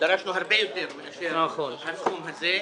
-- דרשנו הרבה יותר מאשר הסכום הזה.